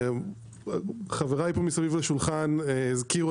חבריי פה סביב השולחן הזכירו,